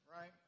right